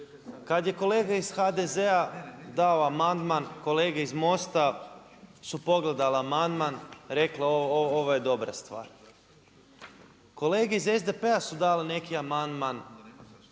Kad je kolega iz HDZ-a dao amandman, kolege iz Mosta su pogledala amandman i rekli ovo je dobra stvar. Kolegi iz SDP-a su dali neki amandman,